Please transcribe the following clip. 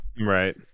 right